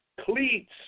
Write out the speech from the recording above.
cleats